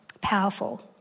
Powerful